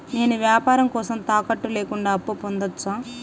నేను వ్యాపారం కోసం తాకట్టు లేకుండా అప్పు పొందొచ్చా?